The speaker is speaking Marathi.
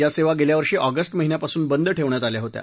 या सेवा गेल्या वर्षी ऑगस् महिन्यापासून बंद ठेवण्यात आल्या होत्या